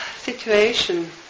situation